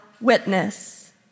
witness